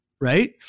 right